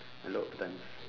a lot of times